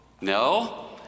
No